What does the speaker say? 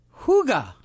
huga